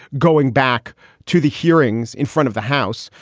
going back to the hearings in front of the house.